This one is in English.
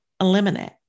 Eliminate